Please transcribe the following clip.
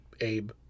Abe